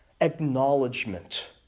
acknowledgement